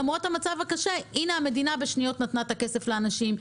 למרות המצב הקשה המדינה נתנה בשניות את הכסף לאנשים,